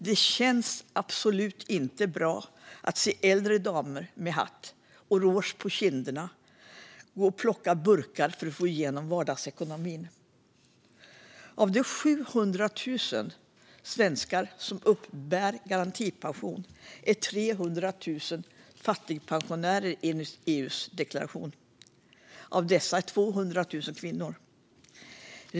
Det känns absolut inte bra att se äldre damer med hatt och rouge på kinderna gå och plocka burkar för att få ihop vardagsekonomin. Av de 700 000 svenskar som uppbär garantipension är 300 000 fattigpensionärer enligt EU. Av dessa personer är 200 000 kvinnor.